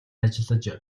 ажиллаж